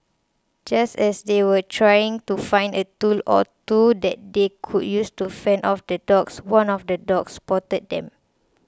just as they were trying to find a tool or two that they could use to fend off the dogs one of the dogs spotted them